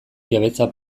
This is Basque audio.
jabetza